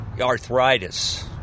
arthritis